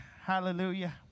hallelujah